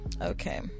Okay